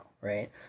right